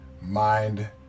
mind